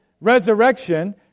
resurrection